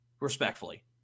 respectfully